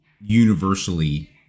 universally